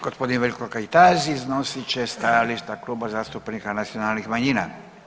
Gospodin Veljko Kajtazi iznosit će stajališta Kluba zastupnika nacionalnih manjina.